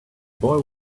boy